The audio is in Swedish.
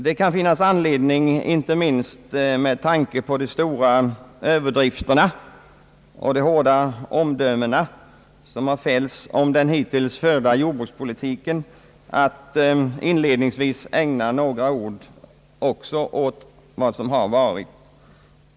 Det kan finnas anledning, inte minst med tanke på de stora överdrifterna och de hårda omdömen, som har fällts om den hittills förda jordbrukspolitiken, att inledningsvis ägna några ord också åt vad som har varit.